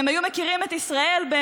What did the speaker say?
אם הם היו מכירים את ישראל באמת,